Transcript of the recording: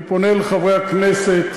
אני פונה אל חברי הכנסת,